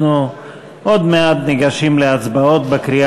אנחנו עוד מעט ניגשים להצבעות בקריאה